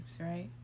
right